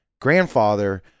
grandfather